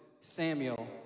Samuel